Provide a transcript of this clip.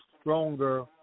stronger